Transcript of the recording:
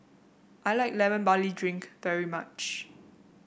I like Lemon Barley Drink very much